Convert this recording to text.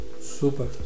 Super